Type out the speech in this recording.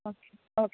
okay okay